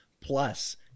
plus